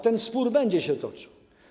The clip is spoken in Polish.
Ten spór będzie się toczył.